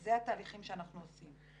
וזה התהליכים שאנחנו עושים.